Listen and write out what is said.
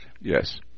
Yes